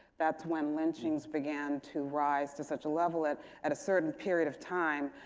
that's when lynchings began to rise to such a level at at a certain period of time.